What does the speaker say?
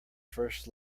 first